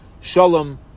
Shalom